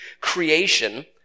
creation